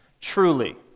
truly